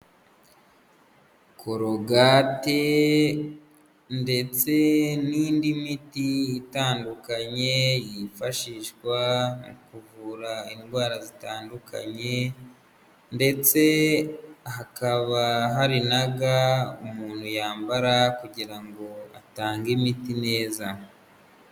Korogate ndetse n'indi miti itandukanye yifashishwa mu kuvura indwara zitandukanye ndetse hakaba hari na ga umuntu yambara kugira ngo atange imiti neza.